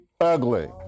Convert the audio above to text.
ugly